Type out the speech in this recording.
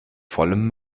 vollem